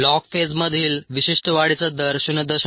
log फेजमधील विशिष्ट वाढीचा दर 0